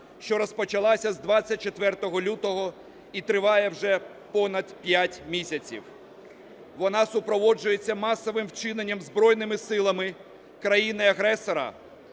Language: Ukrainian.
що розпочалася з 24 лютого і триває вже понад п'ять місяців. Вона супроводжується масовим вчиненням Збройними силами країни-агресора